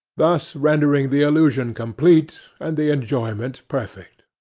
thus rendering the illusion complete, and the enjoyment perfect.